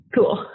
Cool